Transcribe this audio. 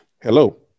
Hello